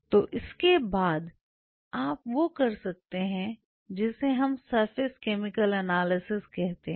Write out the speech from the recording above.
तो इसके बाद आप वो कर सकते हैं जिसे हम सरफेस केमिकल एनालिसिस कहते हैं